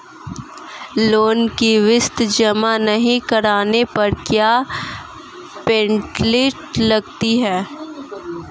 Loan की किश्त जमा नहीं कराने पर क्या पेनल्टी लगती है?